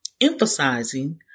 Emphasizing